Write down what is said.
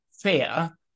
fear